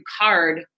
card